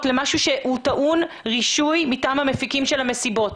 למשהו שהוא טעון רישוי מטעם המפיקים של המסיבות.